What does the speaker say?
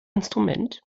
instrument